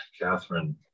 Catherine